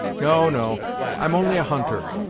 no, no i'm only a hunter,